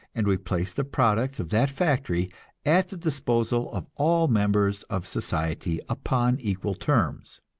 and we place the products of that factory at the disposal of all members of society upon equal terms.